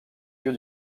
lieu